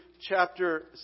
chapter